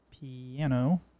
piano